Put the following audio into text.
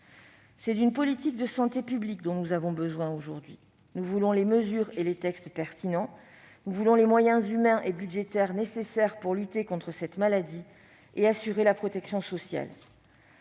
C'est d'une politique de santé publique dont nous avons besoin aujourd'hui. Nous attendons des mesures et des textes pertinents, de même que les moyens humains et budgétaires nécessaires pour lutter contre cette maladie et assurer la protection sociale